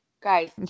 Guys